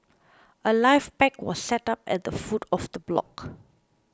a life pack was set up at the foot of the block